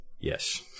Yes